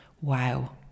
wow